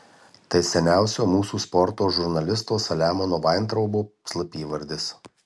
tai seniausio mūsų sporto žurnalisto saliamono vaintraubo slapyvardis